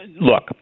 Look